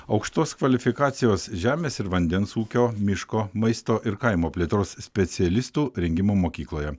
aukštos kvalifikacijos žemės ir vandens ūkio miško maisto ir kaimo plėtros specialistų rengimo mokykloje